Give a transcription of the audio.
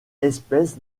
espèces